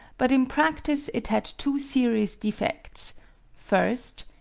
but in practice it had two serious defects first,